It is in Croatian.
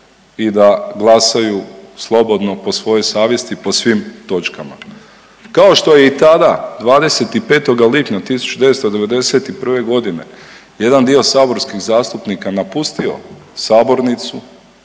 i da glasaju slobodno po svojoj savjesti po svim točkama. Kao što je i tada 25. lipnja 1991. godine jedan dio saborskih zastupnika napustio sabornicu